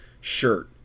shirt